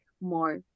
more